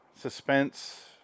Suspense